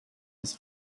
his